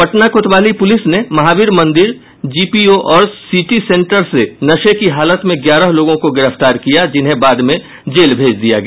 पटना कोतवाली पुलिस ने महावीर मंदिर जीपीओ और सीटी सेंटर से नशे की हालत में ग्यारह लोगों को गिरफ्तार किया जिन्हें बाद में जेल भेज दिया गया